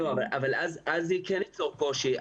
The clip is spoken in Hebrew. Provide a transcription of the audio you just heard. לא, אבל אז זה כן ייצור קושי.